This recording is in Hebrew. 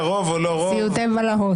סיוטי בלהות.